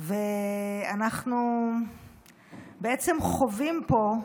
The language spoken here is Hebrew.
אנחנו חווים פה,